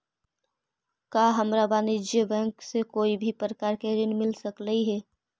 का हमरा वाणिज्य बैंक से कोई भी प्रकार के ऋण मिल सकलई हे?